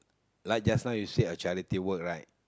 like just now you say a charity work right